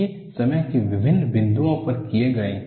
ये समय के विभिन्न बिंदुओं पर किए गए हैं